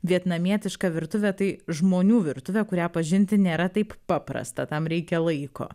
vietnamietiška virtuvė tai žmonių virtuvė kurią pažinti nėra taip paprasta tam reikia laiko